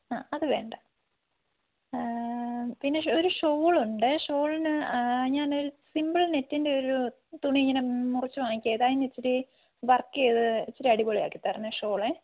ആ അത് വേണ്ട പിന്നെ ഒരു ഷോൾ ഉണ്ട് ഷോളിന് ഞാനൊരു സിംപിൾ നെക്കിൻ്റെ ഒരു തുണി ഇങ്ങനെ മുറിച്ച് വാങ്ങിക്കുവാണ് അതിനിച്ചിരി വർക്ക് ചെയ്ത് ഇച്ചിരി അടിപൊളി ആക്കിത്തരണം ഷോളെ